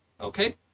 Okay